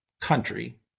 country